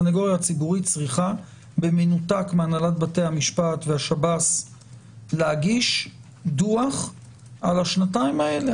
היא צריכה במנותק מהנהלת בתי המשפט והשב"ס להגיש דוח על השנתיים האלה.